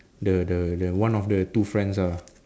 the the the one of the two friends ah